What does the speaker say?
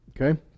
Okay